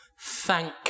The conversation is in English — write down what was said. thank